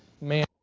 man